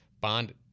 bond